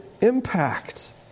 impact